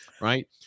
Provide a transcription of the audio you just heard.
right